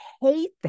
hate